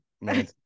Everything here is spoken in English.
Man